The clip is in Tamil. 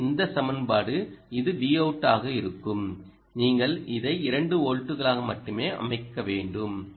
எனவே இந்த சமன்பாடு இது Vout ஆக இருக்கும் நீங்கள் அதை 2 வோல்ட்டுகளாக மட்டுமே அமைக்க வேண்டும்